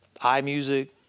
iMusic